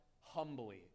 humbly